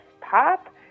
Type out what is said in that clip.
pop